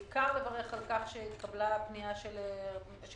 בעיקר לברך על כך שהתקבלה הפנייה של הוועדה